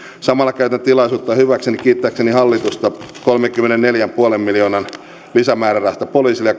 samalla käytän tilaisuutta hyväkseni kiittääkseni hallitusta kolmenkymmenenneljän pilkku viiden miljoonan euron lisämäärärahasta poliisille